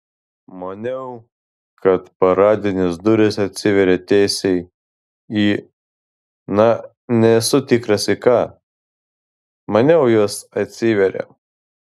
maniau kad paradinės durys atsiveria teisiai į na nesu tikras į ką maniau jos atsiveria